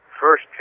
first